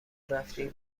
رفتی